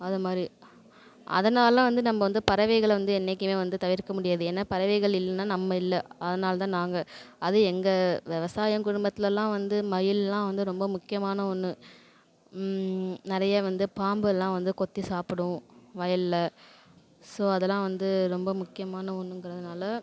அது மாதிரி அதனால வந்து நம்ம வந்து பறவைகளை வந்து என்றைக்குமே வந்து தவிர்க்க முடியாது ஏன்னா பறவைகள் இல்லைனா நம்ம இல்லை அதனால் தான் நாங்கள் அது எங்கள் விவசாயம் குடும்பத்திலலாம் வந்து மயிலெல்லாம் வந்து ரொம்ப முக்கியமான ஒன்று நிறைய வந்து பாம்பு எல்லாம் வந்து கொத்தி சாப்பிடும் வயலில் ஸோ அதெல்லாம் வந்து ரொம்ப முக்கியமான ஒன்றுங்கறதுனால